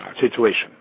situation